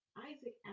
Isaac